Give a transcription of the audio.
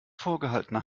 vorgehaltener